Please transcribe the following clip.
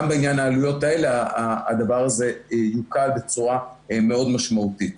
גם בעניין העלויות האלה הדבר הזה יוקל בצורה מאוד משמעותית.